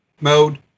mode